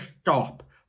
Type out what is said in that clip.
stop